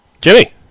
Jimmy